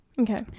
okay